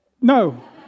No